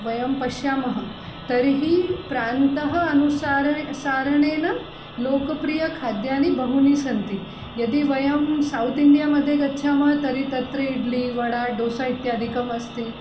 वयं पश्यामः तर्हि प्रान्तः अनुसारः सारणेन लोकप्रियखाद्यानि बहूनि सन्ति यदि वयं सौत् इण्डिया मध्ये गच्छामः तर्हि तत्र इड्लि वडा डोसा इत्यादिकम् अस्ति